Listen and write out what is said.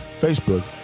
Facebook